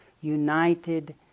united